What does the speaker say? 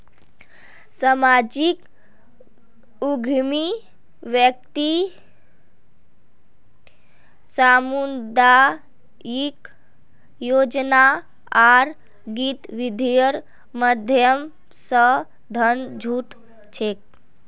सामाजिक उद्यमी व्यक्ति सामुदायिक आयोजना आर गतिविधिर माध्यम स धन जुटा छेक